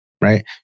Right